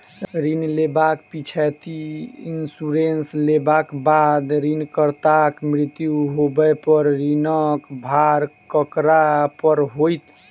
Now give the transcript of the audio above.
ऋण लेबाक पिछैती इन्सुरेंस लेबाक बाद ऋणकर्ताक मृत्यु होबय पर ऋणक भार ककरा पर होइत?